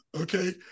okay